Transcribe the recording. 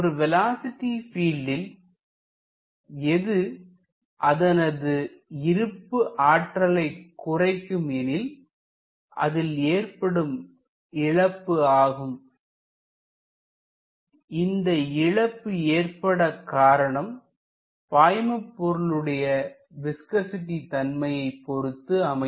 ஒரு வேலோஸிட்டி பீல்ட்ல்எது அதனது இருப்பு ஆற்றலை குறைக்கும் எனில் அதில் ஏற்படும் இழப்பு ஆகும் இந்த இழப்பு ஏற்பட காரணம் பாய்மபொருளுடைய விஸ்கசிட்டி தன்மையைப் பொறுத்து அமையும்